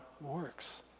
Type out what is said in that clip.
works